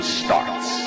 starts